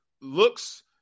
looks